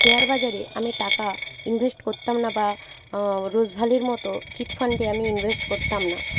share বাজারে আমি টাকা ইনভেস্ট করতাম না বা রোজভ্যালির মতো চিটফান্ডে আমি ইনভেস্ট করতাম না